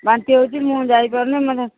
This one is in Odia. ବାନ୍ତି ହେଉଛି ମୁଁ ଯାଇପାରୁନି ମୋତେ